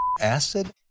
acid